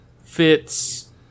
fits